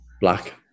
Black